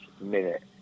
minute